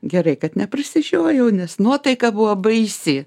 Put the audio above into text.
gerai kad neprasižiojau nes nuotaika buvo baisi